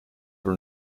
for